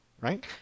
right